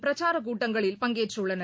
பிரச்சாரக்கூட்டங்களில் பங்கேற்றுள்ளனர்